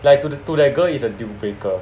like to the to that girl is a deal breaker